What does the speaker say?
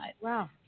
Wow